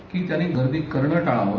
की त्यांनी गर्दी करणं टाळावं